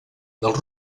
dels